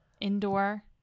indoor